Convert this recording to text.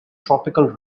tropical